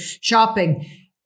shopping